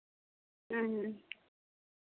ᱦᱮᱸ ᱦᱮᱸ